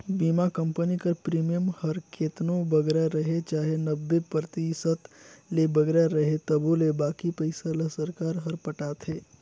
बीमा कंपनी कर प्रीमियम हर केतनो बगरा रहें चाहे नब्बे परतिसत ले बगरा रहे तबो ले बाकी पइसा ल सरकार हर पटाथे